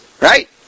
Right